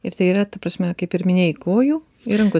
ir tai yra ta prasme kaip ir minėjai kojų ir rankų